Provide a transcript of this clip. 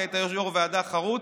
אתה היית יו"ר ועדה חרוץ,